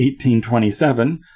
1827